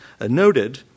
noted